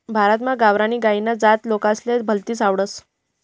भारतमा गावरानी गायनी जात लोकेसले भलतीस आवडस